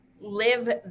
live